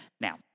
now